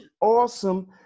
awesome